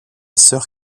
sœur